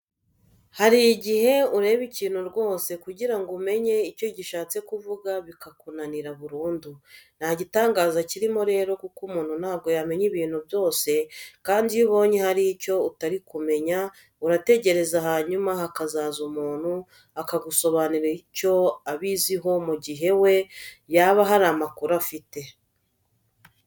Hari igihe ureba ikintu rwose kugira ngo umenye icyo gishatse kuvuga bikakunanira burundu. Nta gitangaza kirimo rero kuko umuntu ntabwo yamenya ibintu byose kandi iyo ubonye hari icyo utari kumenya urategereza hanyuma hakazaza umuntu akagusobanurira icyo abiziho mu gihe we yaba hari amakuru afite.